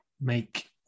make